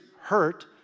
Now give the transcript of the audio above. hurt